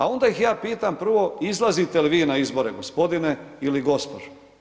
A onda ih ja pitam prvo, izlazite li vi na izbore, gospodine ili gospođo?